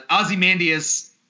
Ozymandias –